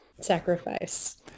sacrifice